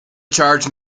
charge